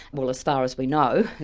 well as far as we know,